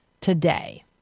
today